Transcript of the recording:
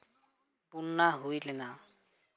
ᱵᱚᱱᱱᱟ ᱦᱩᱭ ᱞᱮᱱᱟ